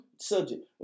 subject